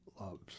loves